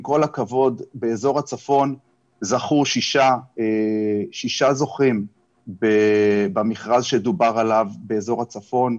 עם כל הכבוד באזור הצפון זכו שישה זוכים במכרז שדובר עליו באזור הצפון,